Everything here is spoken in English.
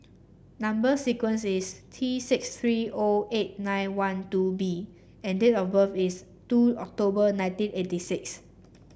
number sequence is T six three O eight nine one two B and date of birth is two October nineteen eighty six